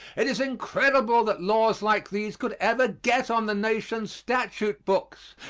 it is incredible that laws like these could ever get on the nation's statute books.